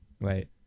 right